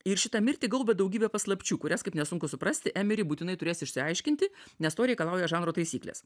ir šitą mirtį gaubia daugybė paslapčių kurias kaip nesunku suprasti emiri būtinai turės išsiaiškinti nes to reikalauja žanro taisyklės